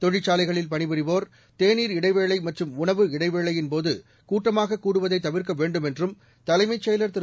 தொழிற்சாலைகளில் பணிபுரிவோர் தேநீர் இடைவேளை மற்றும் உணவு இடைவேளையின்போது கூட்டமாக கூடுவதை தவிர்க்க வேண்டும் என்றும் தலைமைச் செயலர் திரு